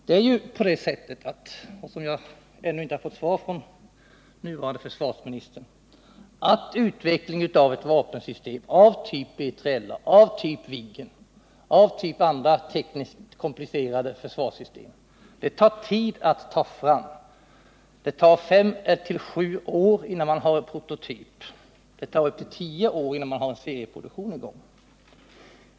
Jag har ännu inte fått något svar från den nye försvarsministern på den här punkten, men det är ändå så, att utvecklingen av ett vapensystem av typ B3LA, av typ Viggen, av typ andra tekniskt komplicerade försvarssystem, kräver tid att ta fram. Det tar från fem till sju år innan man har en prototyp. Det tar upp till tio år innan man har serieproduktion i gång.